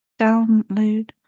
download